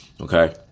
Okay